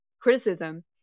criticism